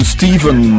Stephen